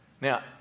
Now